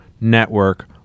Network